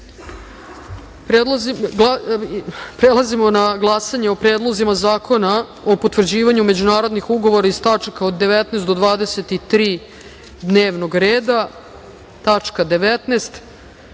zakona. Prelazimo na glasanje o predlozima zakona o potvrđivanju međunarodnih ugovora iz tačaka od 19. do 23. dnevnog reda. Tačka 19